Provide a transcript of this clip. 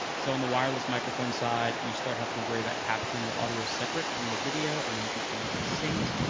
so on the wireless microphone side, you start to have to worry about capturing the audio separate from the video, and then get things synced,